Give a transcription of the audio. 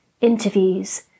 interviews